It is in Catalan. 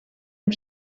amb